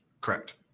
Correct